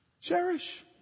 Cherish